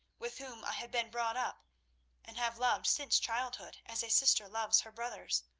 with whom i have been brought up and have loved since childhood as a sister loves her brothers.